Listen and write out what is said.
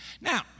Now